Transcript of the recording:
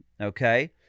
Okay